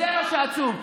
זה מה שעצוב.